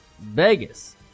Vegas